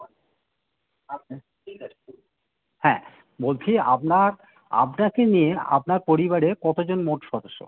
হ্যাঁ বলছি আপনার আপনাকে নিয়ে আপনার পরিবারে কতোজন মোট সদস্য